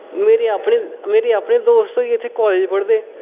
मेरे अपने मेरे अपने दोस्त होई गे इत्थै कालज पढ़दे